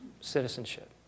citizenship